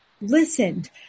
listened